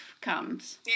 comes